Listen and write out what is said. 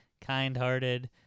kind-hearted